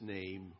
name